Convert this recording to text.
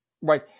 right